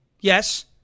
Yes